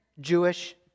Jewish